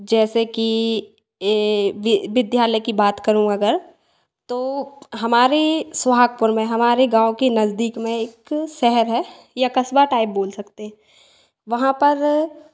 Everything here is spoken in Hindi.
जैसे कि यह वि विद्यालय की बात करूँ अगर तो हमारे सोहागपुर में हमारे गाँव के नज़दीक में एक शहर है या कस्बा टाइप बोल सकते हैं वहाँ पर